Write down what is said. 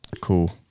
cool